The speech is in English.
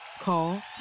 Call